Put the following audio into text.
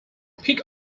peak